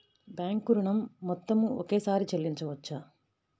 Bank ఋణం మొత్తము ఒకేసారి చెల్లించవచ్చా?